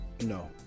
No